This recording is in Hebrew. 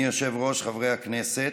אדוני היושב-ראש, חברי הכנסת,